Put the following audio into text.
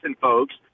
folks